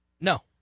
No